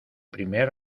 primer